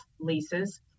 leases